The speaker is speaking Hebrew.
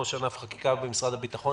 ראש ענף חקיקה במשרד הביטחון,